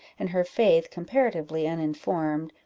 and her faith comparatively uninformed,